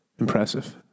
Impressive